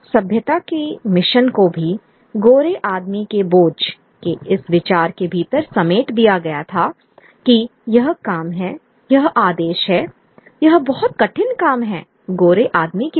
सभ्यता के मिशन को भी गोरे आदमी के बोझ के इस विचार के भीतर समेट दिया गया था कि यह काम है यह आदेश है यह बहुत कठिन काम है गोरे आदमी के लिए